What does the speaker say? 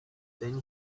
then